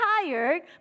tired